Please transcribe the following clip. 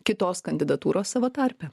kitos kandidatūros savo tarpe